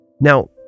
now